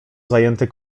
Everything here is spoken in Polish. zajęty